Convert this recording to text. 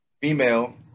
female